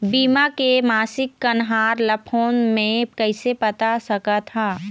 बीमा के मासिक कन्हार ला फ़ोन मे कइसे पता सकत ह?